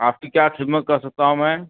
آپ کی کیا خدمت کر سکتا ہوں میں